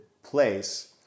place